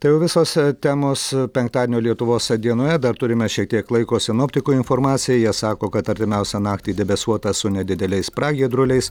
tai jau visos temos penktadienio lietuvos dienoje dar turime šiek tiek laiko sinoptikų informacijai jie sako kad artimiausią naktį debesuota su nedideliais pragiedruliais